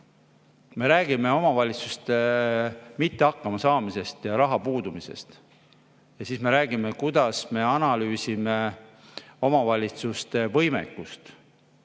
räägime omavalitsuste mitte hakkama saamisest ja raha puudumisest. Ja siis me räägime, kuidas me analüüsime omavalitsuste võimekust.